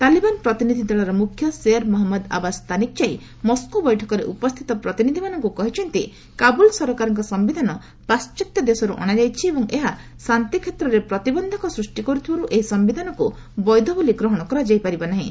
ତାଲିବାନ୍ ପ୍ରତିନିଧି ଦଳର ମୁଖ୍ୟ ଶେର୍ ମହମ୍ମଦ ଆବାସ୍ ସ୍ତାନିକ୍ଜାଇ ମସ୍କୋ ବୈଠକରେ ଉପସ୍ଥିତ ପ୍ରତିନିଧିମାନଙ୍କୁ କହିଛନ୍ତି କାବୁଲ ସରକାରଙ୍କ ସମ୍ଭିଧାନ ପାଶ୍ଚାତ୍ୟ ଦେଶରୁ ଅଣାଯାଇଛି ଏବଂ ଏହା ଶାନ୍ତି କ୍ଷେତ୍ରରେ ପ୍ରତିବନ୍ଧକ ସୃଷ୍ଟି କରୁଥିବାରୁ ଏହି ସମ୍ଭିଧାନକୁ ବୈଧ ବୋଲି ଗ୍ରହଣ କରାଯାଇ ପାରିବ ନାହିଁ